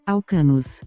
Alcanos